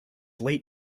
late